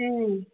ꯎꯝ